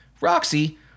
Roxy